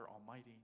Almighty